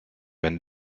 been